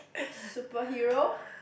superhero